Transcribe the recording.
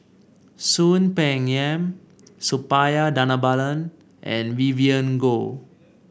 Soon Peng Yam Suppiah Dhanabalan and Vivien Goh